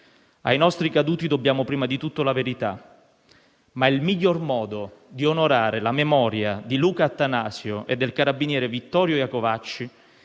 Ai nostri caduti dobbiamo, prima di tutto, la verità, ma il miglior modo di onorare la memoria di Luca Attanasio e del carabiniere Vittorio Iacovacci